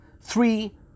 Three